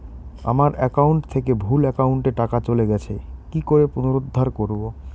আমার একাউন্ট থেকে ভুল একাউন্টে টাকা চলে গেছে কি করে পুনরুদ্ধার করবো?